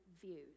views